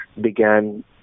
began